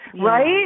right